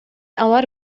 алар